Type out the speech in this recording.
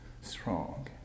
strong